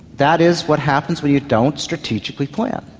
that is what happens when you don't strategically plan.